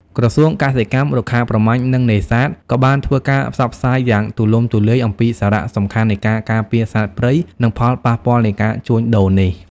ក្រសួងកសិកម្ម រុក្ខាប្រមាញ់ និងនេសាទ ក៏បានធ្វើការផ្សព្វផ្សាយយ៉ាងទូលំទូលាយអំពីសារៈសំខាន់នៃការការពារសត្វព្រៃ និងផលប៉ះពាល់នៃការជួញដូរនេះ។